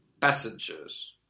passengers